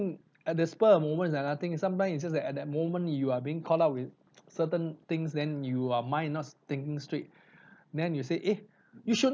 at that's point of moment ah nothing sometimes it's just like at that moment you are being caught up with certain things then you are mind not thinking straight then you say eh you should